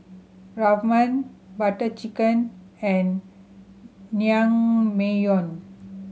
Ramen Butter Chicken and Naengmyeon